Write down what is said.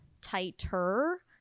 tighter